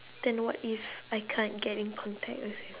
then what if I can't get in contact with